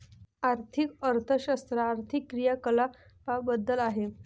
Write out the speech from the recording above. आर्थिक अर्थशास्त्र आर्थिक क्रियाकलापांबद्दल आहे